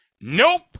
Nope